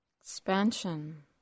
expansion